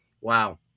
Wow